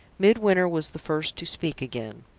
midwinter was the first to speak again.